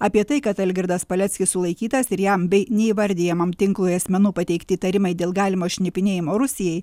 apie tai kad algirdas paleckis sulaikytas ir jam bei neįvardijamam tinklui asmenų pateikti įtarimai dėl galimo šnipinėjimo rusijai